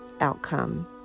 outcome